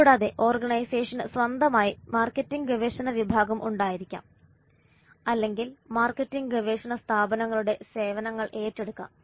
കൂടാതെ ഓർഗനൈസേഷന് സ്വന്തമായി മാർക്കറ്റിംഗ് ഗവേഷണ വിഭാഗം ഉണ്ടായിരിക്കാം അല്ലെങ്കിൽ മാർക്കറ്റിംഗ് ഗവേഷണ സ്ഥാപനങ്ങളുടെ സേവനങ്ങൾ എടുക്കാം